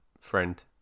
friend